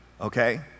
Okay